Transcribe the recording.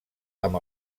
amb